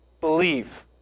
Believe